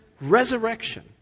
Resurrection